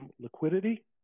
liquidity